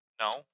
No